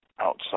outside